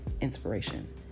inspiration